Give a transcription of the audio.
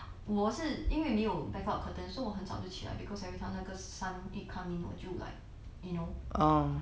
我是因为没有 blackout curtains so 我很早就起来 because everytime 那个 sun 一 come in 我就 like you know